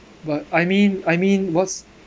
but I mean I mean what's